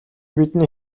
бидний